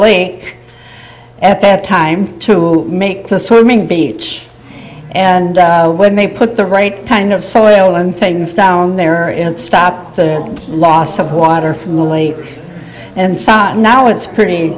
late at that time to make the swimming beach and when they put the right kind of soil and things down there and stop the loss of water from the late and sat now it's pretty